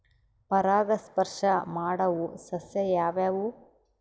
ಪರಾಗಸ್ಪರ್ಶ ಮಾಡಾವು ಸಸ್ಯ ಯಾವ್ಯಾವು?